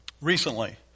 Recently